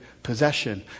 possession